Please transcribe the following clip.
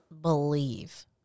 believe